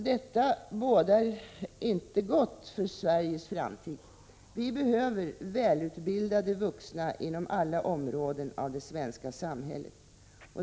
Detta bådar inte gott för Sveriges framtid. Vi behöver välutbildade vuxna inom alla områden av det svenska samhället.